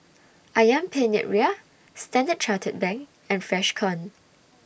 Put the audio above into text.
Ayam Penyet Ria Standard Chartered Bank and Freshkon